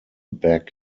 back